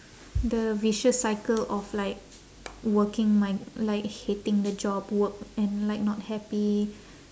the vicious cycle of like working my like hating the job work and like not happy